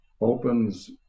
opens